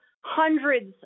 hundreds